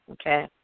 okay